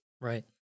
Right